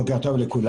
בוקר טוב לכולם.